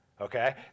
okay